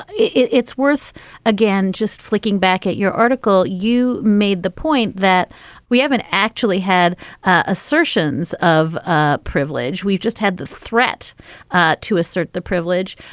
it's worth again, just flicking back at your article, you made the point that we haven't actually had assertions of ah privilege. we've just had the. threat to assert the privilege.